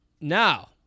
Now